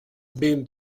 been